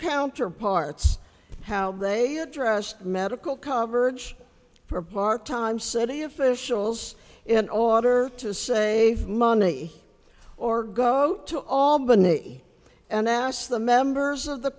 counterparts how they address medical coverage for part time city officials in order to save money or go to all benet and asked the members of the